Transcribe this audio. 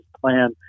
plan